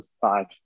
five